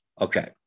Okay